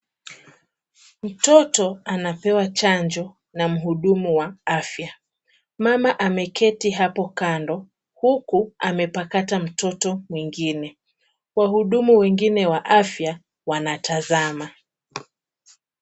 Mtoto anapewa chanjo na mhudumu wa afya . Mama ameketi hapo kando huku amepakata mtoto mwingine. Wahudumu wengine wa afya wanatazama.